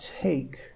take